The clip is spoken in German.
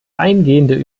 eingehende